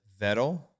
Vettel